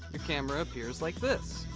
your camera appears like this.